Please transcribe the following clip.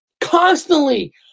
constantly